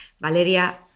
valeria